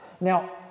Now